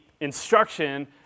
instruction